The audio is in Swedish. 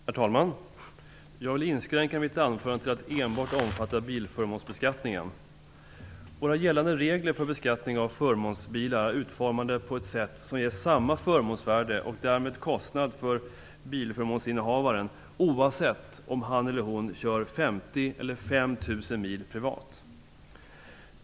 Herr talman! Jag vill inskränka mitt anförande till att enbart omfatta bilförmånsbeskattningen. Våra gällande regler för beskattning av förmånsbilar är utformade på ett sätt som ger samma förmånsvärde och därmed kostnad för förmånsbilinnehavaren, oavsett om han eller hon kör 50 eller 5 000 mil privat.